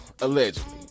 allegedly